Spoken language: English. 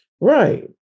Right